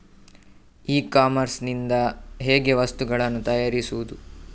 E commerce ಇಂದ ಹೇಗೆ ವಸ್ತುಗಳನ್ನು ತರಿಸುವುದು?